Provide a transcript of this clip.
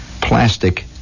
plastic